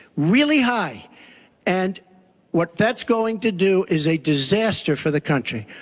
really high and what that's going to do is a disaster for the country.